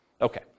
Okay